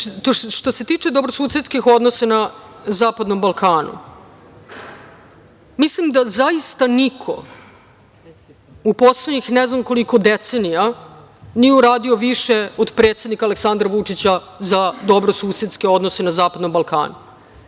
se tiče dobrosusedskih odnosa na zapadnom Balkanu, mislim da zaista niko u poslednjih ne znam koliko decenija nije uradio više od predsednika Aleksandra Vučića za dobrosusedske odnose na zapadnom Balkanu.